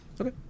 Okay